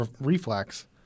reflex